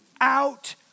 out